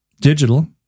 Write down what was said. Digital